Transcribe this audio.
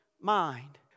mind